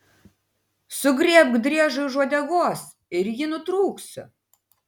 sugriebk driežui už uodegos ir ji nutrūks